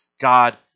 God